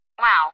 Wow